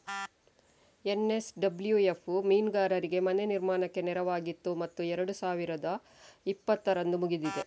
NSWF ಮೀನುಗಾರರಿಗೆ ಮನೆ ನಿರ್ಮಾಣಕ್ಕೆ ನೆರವಾಗಿತ್ತು ಮತ್ತು ಎರಡು ಸಾವಿರದ ಇಪ್ಪತ್ತರಂದು ಮುಗಿದಿದೆ